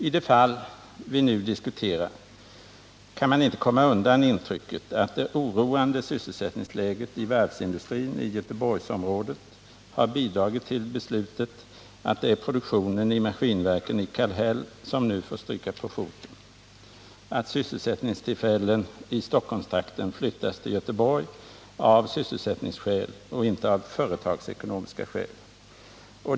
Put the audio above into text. I det fall vi nu diskuterar kan man inte komma undan intrycket att det oroande sysselsättningsläget i varvsindustrin i Göteborgsområdet har bidragit till beslutet att det är produktionen i Maskinverken i Kallhäll som nu får stryka på foten och att sysselsättningstillfällen i Stockholmstrakten flyttas till Göteborg av sysselsättningsskäl och inte av företagsekonomiska skäl.